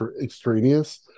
extraneous